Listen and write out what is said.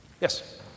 Yes